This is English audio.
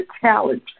challenge